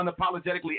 unapologetically